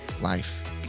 life